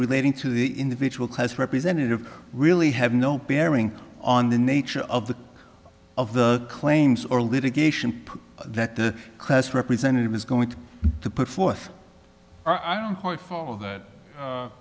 relating to the individual close representative really have no bearing on the nature of the of the claims or litigation that the class representative is going to put forth